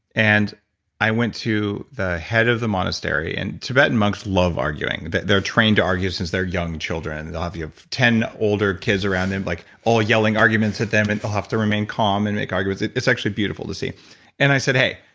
and i went to the head of the monastery. and tibetan monks love arguing. but they're trained to argue since they're young children ah of ten older kids around them, like all yelling arguments at them. and they'll have to remain calm and make arguments. it's actually beautiful see and i said, hey,